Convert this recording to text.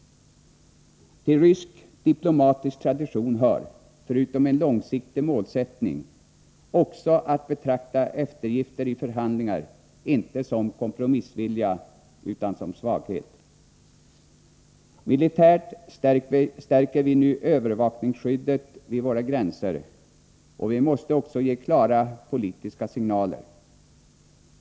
Till rysk diplomatisk tradition hör, förutom en långsiktig målsättning, också att betrakta eftergifter i förhandlingar, inte som kompromissvilja utan som svaghet. Militärt stärker vi nu övervakningsskyddet vid våra gränser, och vi måste också ge klara politiska signaler.